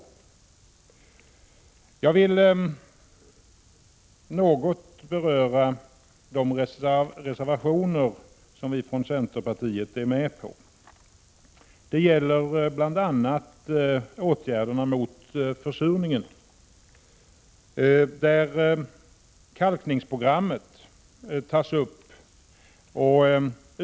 Jag vill något beröra de reservationer som vi från centerpartiet är med på. De gäller bl.a. åtgärderna mot försurningen, där kalkningsprogrammet tas upp.